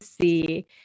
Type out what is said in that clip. see